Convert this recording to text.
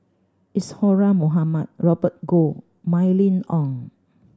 Isadhora Mohamed Robert Goh Mylene Ong